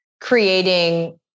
creating